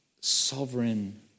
sovereign